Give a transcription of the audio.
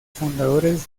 fundadores